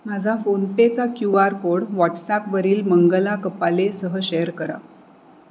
माझा फोनपेचा Q R code व्हॉट्सॲपवरील मंगला कपालेसह शेअर करा